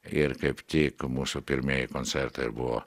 ir kaip tik mūsų pirmieji koncertai ir buvo